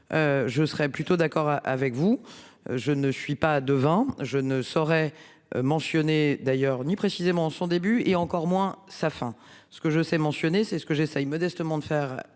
Je serais plutôt d'accord avec vous, je ne suis pas devant, je ne saurais. Mentionné d'ailleurs ni précisément son début et encore moins ça enfin ce que je sais mentionné, c'est ce que j'essaye modestement de faire